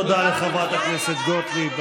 תודה לחברת הכנסת גוטליב.